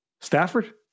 Stafford